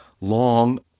long